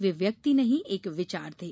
वे व्यक्ति नहीं एक विचार थे